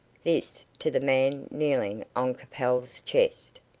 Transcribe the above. this to the man kneeling on capel's chest.